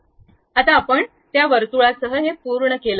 आता आपण त्या वर्तुळासह पूर्ण केले